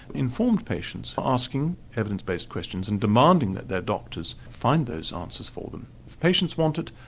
informed patients are asking evidence based questions and demanding that their doctors find those answers for them. if patients want it,